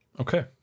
okay